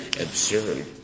absurd